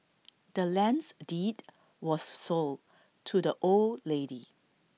the land's deed was sold to the old lady